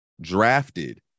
drafted